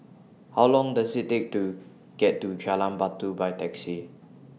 How Long Does IT Take to get to Jalan Batu By Taxi